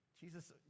Jesus